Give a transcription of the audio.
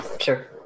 Sure